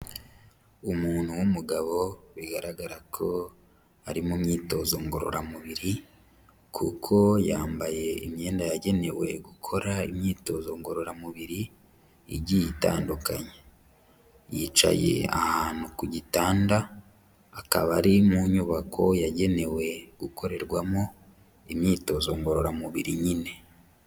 Umuntu w'umugabo bigaragara ko ari mu myitozo ngororamubiri kuko yambaye imyenda yagenewe gukora imyitozo ngororamubiri igiye itandukanye, yicaye ahantu ku gitanda, akaba ari mu nyubako yagenewe gukorerwamo imyitozo ngororamubiri nyine.